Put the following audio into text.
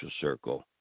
circle